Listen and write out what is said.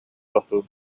тохтуу